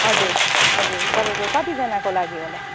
हजुर हजुर तपाईँको कतिजनाको लागि होला